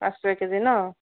পাঁচ ছয় কেজি ন